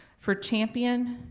for champion